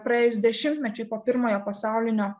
praėjus dešimtmečiui po pirmojo pasaulinio